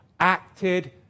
acted